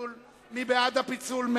מי בעד הפיצול?